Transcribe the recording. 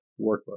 Workbook